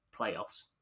playoffs